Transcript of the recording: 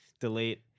delete